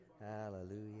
Hallelujah